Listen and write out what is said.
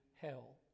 hell